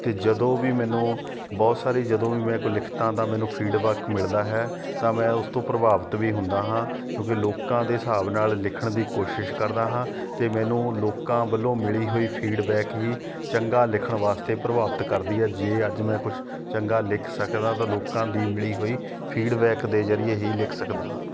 ਅਤੇ ਜਦੋਂ ਵੀ ਮੈਨੂੰ ਬਹੁਤ ਸਾਰੇ ਜਦੋਂ ਵੀ ਮੈਂ ਕੋਈ ਲਿਖਦਾ ਤਾਂ ਮੈਨੂੰ ਫੀਡਬੈਕ ਮਿਲਦਾ ਹੈ ਤਾਂ ਮੈਂ ਉਸ ਤੋਂ ਪ੍ਰਭਾਵਿਤ ਵੀ ਹੁੰਦਾ ਹਾਂ ਕਿਉਂਕਿ ਲੋਕਾਂ ਦੇ ਹਿਸਾਬ ਨਾਲ ਲਿਖਣ ਦੀ ਕੋਸ਼ਿਸ਼ ਕਰਦਾ ਹਾਂ ਅਤੇ ਮੈਨੂੰ ਲੋਕਾਂ ਵੱਲੋਂ ਮਿਲੀ ਹੋਈ ਫੀਡਬੈਕ ਹੀ ਚੰਗਾ ਲਿਖਣ ਵਾਸਤੇ ਪ੍ਰਭਾਵਿਤ ਕਰਦੀ ਹੈ ਜੇ ਅੱਜ ਮੈਂ ਕੁਛ ਚੰਗਾ ਲਿਖ ਸਕਦਾ ਤਾਂ ਲੋਕਾਂ ਦੀ ਮਿਲੀ ਹੋਈ ਫੀਡਬੈਕ ਦੇ ਜ਼ਰੀਏ ਹੀ ਲਿਖ ਸਕਦਾ ਹਾਂ